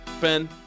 Ben